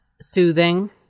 Soothing